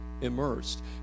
immersed